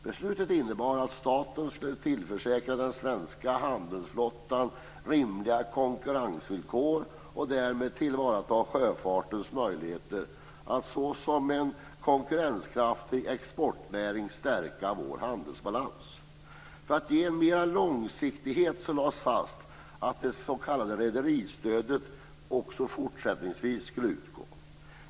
Beslutet innebar att staten skulle tillförsäkra den svenska handelsflottan rimliga konkurrensvillkor och därmed tillvarata sjöfartens möjligheter att såsom en konkurrenskraftig exportnäring stärka Sveriges handelsbalans. För att ge mer långsiktighet lades fast att det s.k. rederistödet också fortsättningsvis skulle utgå.